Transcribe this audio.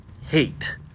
hate